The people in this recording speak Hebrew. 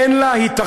אין לה היתכנות,